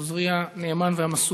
עוזרי הנאמן והמסור.